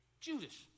Judas